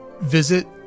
visit